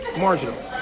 marginal